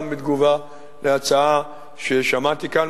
גם בתגובה להצעה ששמעתי כאן,